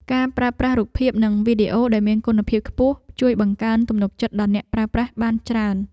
ការប្រើប្រាស់រូបភាពនិងវីដេអូដែលមានគុណភាពខ្ពស់ ជួយបង្កើនទំនុកចិត្តដល់អ្នកប្រើប្រាស់បានច្រើន។